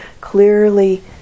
clearly